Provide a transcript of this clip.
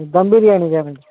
ధమ్ బిర్యానీ కావాలండి